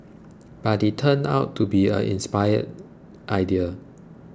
but it turned out to be an inspired idea